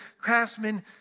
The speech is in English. craftsmen